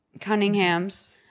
Cunningham's